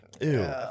ew